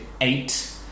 eight